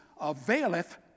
availeth